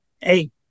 hey